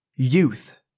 Youth